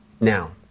now